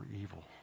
evil